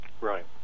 Right